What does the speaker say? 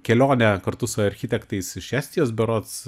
kelione kartu su architektais iš estijos berods